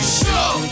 show